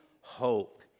hope